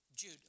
Jude